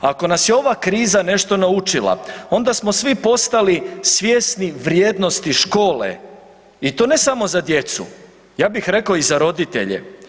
Ako nas je ova kriza nešto naučila onda smo svi postali svjesni vrijednosti škole i to ne samo za djecu, ja bih rekao i za roditelje.